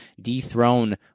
dethrone